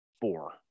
four